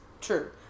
True